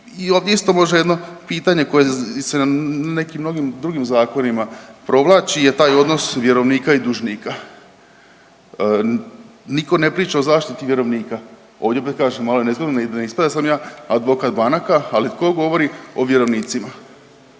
i ovdje isto može jedno pitanje koje se i na nekim mnogim drugim zakonima provlači je taj odnos vjerovnika i dužnika. Niko ne priča o zaštiti vjerovnika, ovdje opet kažem malo je nezgodno da ne ispada da sam ja advokat banaka, ali tko govori o vjerovnicima.